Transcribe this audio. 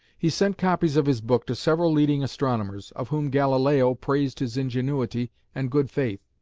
he sent copies of his book to several leading astronomers, of whom galileo praised his ingenuity and good faith,